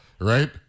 Right